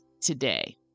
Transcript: today